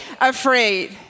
afraid